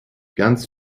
ganz